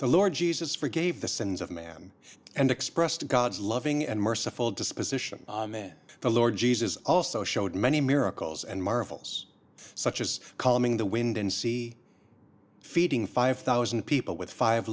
the lord jesus forgave the sins of man and expressed god's loving and merciful disposition then the lord jesus also showed many miracles and marvels such as calming the wind and sea feeding five thousand people with five